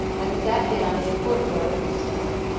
and sat down in a court-yard on a stone.